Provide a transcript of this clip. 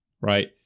right